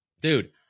dude